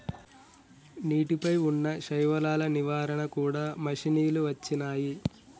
నీటి పై వున్నా శైవలాల నివారణ కూడా మషిణీలు వచ్చినాయి